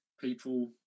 people